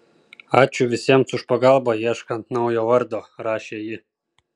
ačiū visiems už pagalbą ieškant naujo vardo rašė ji